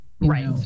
right